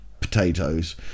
potatoes